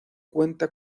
cuenta